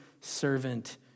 servant